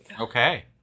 Okay